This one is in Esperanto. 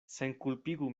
senkulpigu